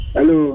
Hello